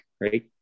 right